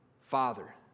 Father